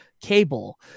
cable